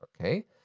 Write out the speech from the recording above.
Okay